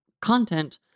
content